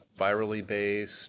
virally-based